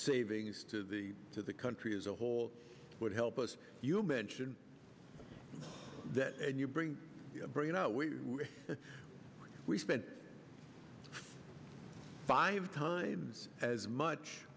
savings to the to the country as a whole would help us you mention that and you bring you bring you know we we spent five times as much